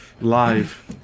live